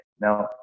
Now